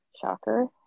shocker